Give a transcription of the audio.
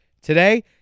Today